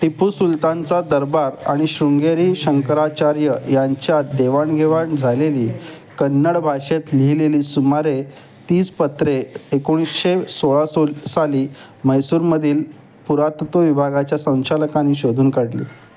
टिपू सुलतानचा दरबार आणि शृंगेरी शंकराचार्य यांच्यात देवाणघेवाण झालेली कन्नड भाषेत लिहिलेली सुमारे तीस पत्रे एकोणीसशे सोळा सो साली म्हैसूरमधील पुरातत्त्व विभागाच्या संचालकांनी शोधून काढली